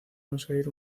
conseguir